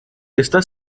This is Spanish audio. está